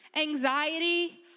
anxiety